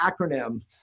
acronym